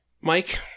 Mike